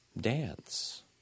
dance